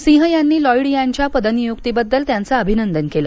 सिंह यांनी लॉईड यांच्या पदनियुक्तीबद्दल त्यांचं अभिनंदन केलं